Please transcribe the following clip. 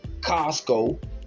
Costco